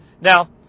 Now